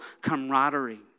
camaraderie